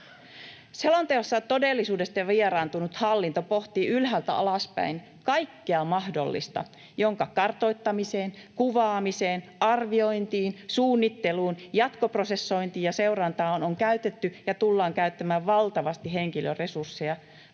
Selonteossa todellisuudesta vieraantunut hallinto pohtii ylhäältä alaspäin kaikkea mahdollista, jonka kartoittamiseen, kuvaamiseen, arviointiin, suunnitteluun, jatkoprosessointiin ja seurantaan on käytetty ja tullaan käyttämään valtavasti henkilöresursseja,